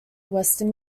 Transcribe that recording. western